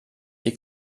die